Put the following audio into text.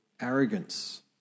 arrogance